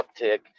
uptick